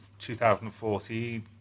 2014